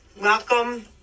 Welcome